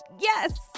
yes